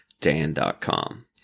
dan.com